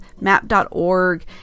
Map.org